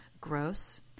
Gross